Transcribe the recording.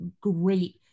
great